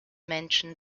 menschen